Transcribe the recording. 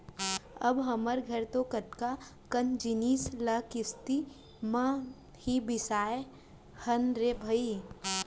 अब हमर घर तो कतका कन जिनिस ल किस्ती म ही बिसाए हन रे भई